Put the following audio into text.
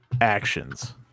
actions